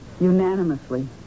Unanimously